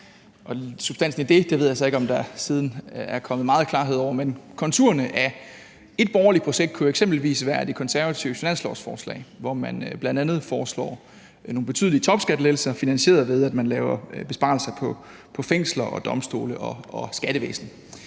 projekt er. Jeg ved ikke, om der siden er kommet meget klarhed over substansen, men konturerne af et borgerligt projekt kunne eksempelvis være De Konservatives finanslovsforslag, hvor man bl.a. foreslår nogle betydelige topskattelettelser finansieret ved, at man laver besparelser på fængsler, domstole og skattevæsen.